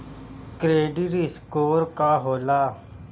Credit score का होला?